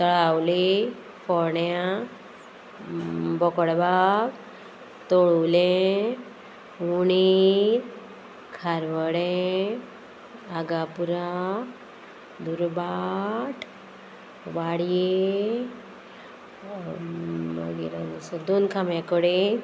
तळावली फोण्यां बोकोडबाग तळुले उणी खारवडें आगापुरा दुर्भाट वाडये मागीर हांगासर दोन खांब्या कडे